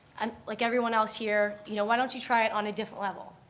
um like everyone else here, you know why don't you try it on a different level.